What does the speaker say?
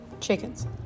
chickens